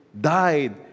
died